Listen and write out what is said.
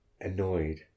annoyed